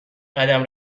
قدم